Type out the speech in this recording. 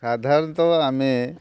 ସାଧାରଣତଃ ଆମେ